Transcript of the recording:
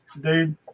dude